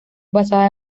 basada